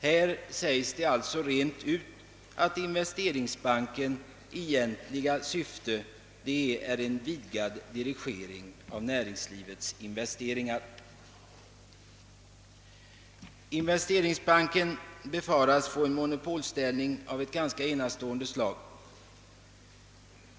Här säges alltså rent ut att investeringsbankens egentliga syfte är en vidgad dirigering av näringslivets investeringar. Investeringsbanken befaras få en monopolställning av ett ganska enastående slag.